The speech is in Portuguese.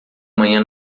manhã